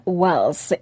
wells